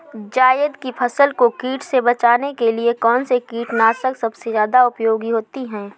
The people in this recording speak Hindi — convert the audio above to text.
जायद की फसल को कीट से बचाने के लिए कौन से कीटनाशक सबसे ज्यादा उपयोगी होती है?